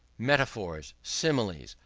metaphors, similes,